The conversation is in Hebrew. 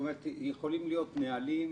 יכולים להיות נהלים,